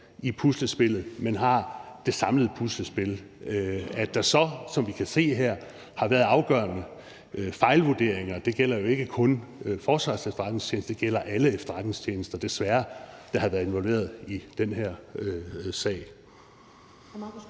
i puslespillet, men har det samlede puslespil. Som vi kan se, har der så været afgørende fejlvurderinger her – og det gælder jo ikke kun Forsvarets Efterretningstjeneste, det gælder desværre alle efterretningstjenester, der har været involveret i den her sag.